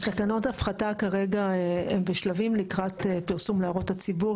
תקנות ההפחתה כרגע הם בשלבים לקראת פרסום להערות הציבור,